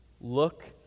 Look